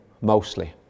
mostly